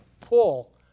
pull